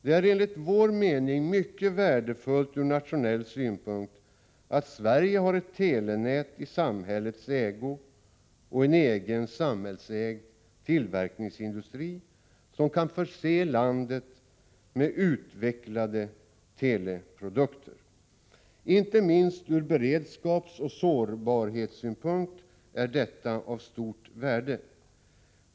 Det är enligt vår mening mycket värdefullt ur nationell synpunkt att Sverige har ett telenät i samhällets ägo och en egen samhällsägd tillverkningsindustri, som kan förse landet med utvecklade teleprodukter. Inte minst ur beredskapsoch sårbarhetssynpunkt är detta av stort värde.